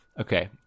okay